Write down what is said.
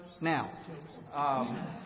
now